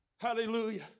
hallelujah